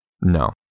No